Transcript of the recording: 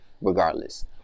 regardless